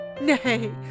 Nay